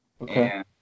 Okay